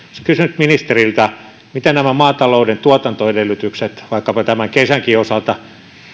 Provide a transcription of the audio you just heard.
kysynyt ministeriltä miten nämä maatalouden tuotantoedellytykset vaikkapa tämänkin kesän osalta joka